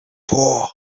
for